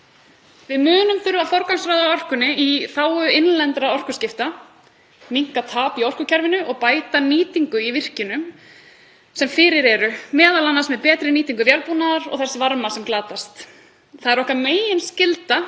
Við munum þurfa að forgangsraða orkunni í þágu innlendra orkuskipta, minnka tap í orkukerfinu og bæta nýtingu í virkjunum sem fyrir eru, m.a. með betri nýtingu vélbúnaðar og þess varma sem glatast. Það er okkar meginskylda